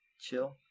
Chill